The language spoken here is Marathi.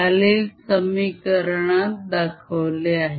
खालील समीकरणात दाखवले आहे